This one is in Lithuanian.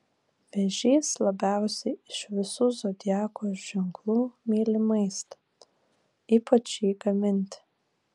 vėžys labiausiai iš visų zodiako ženklų myli maistą ypač jį gaminti